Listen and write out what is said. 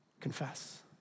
Confess